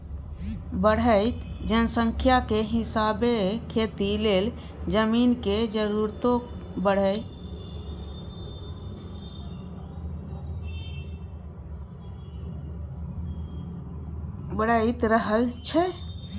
बढ़इत जनसंख्या के हिसाबे खेती लेल जमीन के जरूरतो बइढ़ रहल छइ